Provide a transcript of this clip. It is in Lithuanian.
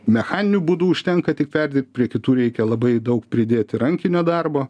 mechaniniu būdu užtenka tik perdibt prie kitų reikia labai daug pridėti rankinio darbo